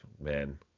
man